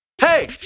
Hey